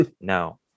no